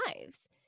lives